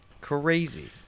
Crazy